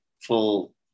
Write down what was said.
full